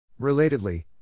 Relatedly